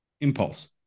impulse